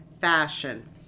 fashion